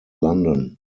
london